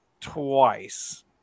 twice